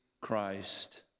Christ